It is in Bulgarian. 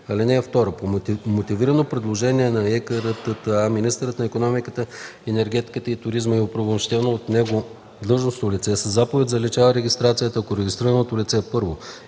му. (2) По мотивирано предложение на ЕКРТТА министърът на икономиката, енергетиката и туризма или оправомощено от него длъжностно лице със заповед заличава регистрацията, ако регистрираното лице: 1.